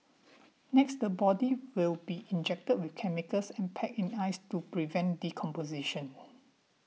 next the body will be injected with chemicals and packed in ice to prevent decomposition